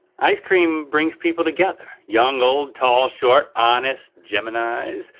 ice cream brings people together. young, old, tall short, honest, geminis.